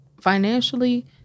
financially